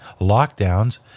lockdowns